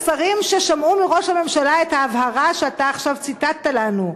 השרים ששמעו מראש הממשלה את ההבהרה שאתה עכשיו ציטטת לנו,